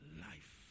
life